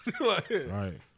Right